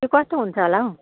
त्यो कस्तो हुन्छ होला हौ